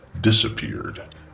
disappeared